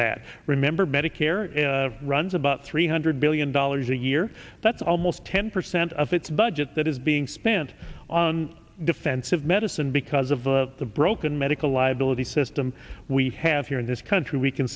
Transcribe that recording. that remember medicare runs about three hundred billion dollars a year that's almost ten percent of its budget that is being spent on defensive medicine because of the broken medical liability system we have here in this country we can